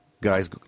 guys